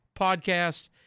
podcast